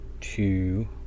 two